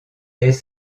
des